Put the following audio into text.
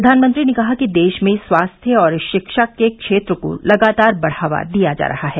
प्रधानमंत्री ने कहा कि देश में स्वास्थ्य और शिक्षा के क्षेत्र को लगातार बढ़ावा दिया जा रहा है